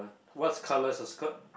what colour is her skirt